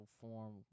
form